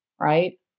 Right